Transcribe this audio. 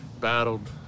battled